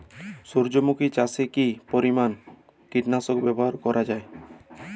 সূর্যমুখি চাষে কি পরিমান কীটনাশক ব্যবহার করা যায়?